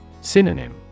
Synonym